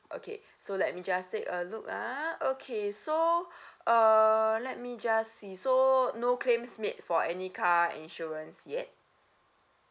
okay so let me just take a look ah okay so uh let me just see so no claims made for any car insurance yet